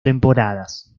temporadas